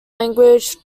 language